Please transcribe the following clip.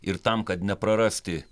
ir tam kad neprarasti